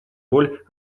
роль